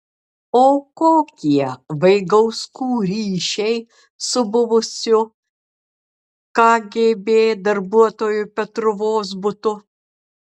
o kokie vaigauskų ryšiai su buvusiu kgb darbuotoju petru vozbutu